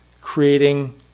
creating